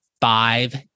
five